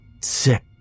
sick